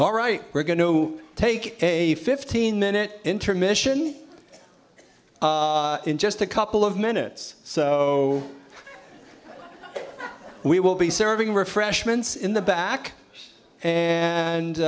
all right we're going to take a fifteen minute intermission in just a couple of minutes so we will be serving refreshments in the back